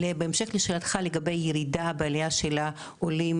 בהמשך לשאלתך לגבי ירידה בעלייה של העולים,